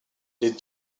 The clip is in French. les